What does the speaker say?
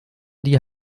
die